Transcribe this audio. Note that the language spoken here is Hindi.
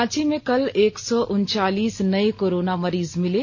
रांची में कल एक सौ उनचालीस नए कोरोना मरीज मिले